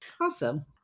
Awesome